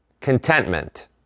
contentment